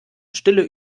stille